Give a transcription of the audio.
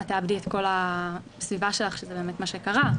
את תאבדי את כל הסביבה שלך", שזה באמת מה שקרה.